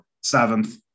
Seventh